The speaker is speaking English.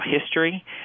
history